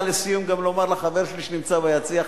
אני רוצה לסיום לומר לחבר שלי שנמצא ביציע,